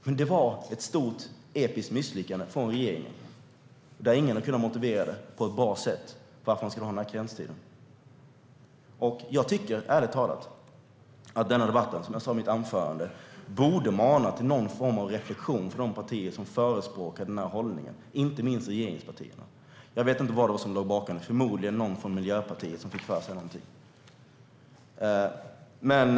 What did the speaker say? Men detta var ett stort episkt misslyckande från regeringen, och ingen har på ett bra sätt kunnat motivera varför man ska ha denna karenstid. Ärligt talat tycker jag, som jag sa i mitt anförande, att debatten borde mana till någon form av reflektion från de partier som förespråkade denna hållning - inte minst regeringspartierna. Jag vet inte vad det var som låg bakom; förmodligen var det någon från Miljöpartiet som fick för sig någonting.